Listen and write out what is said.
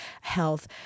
health